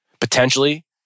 potentially